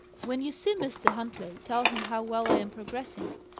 when you see mr. huntley, tell him how well i am progressing.